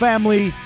Family